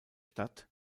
stadt